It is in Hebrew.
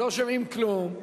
לא שומעים כלום.